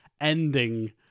ending